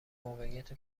موقعیت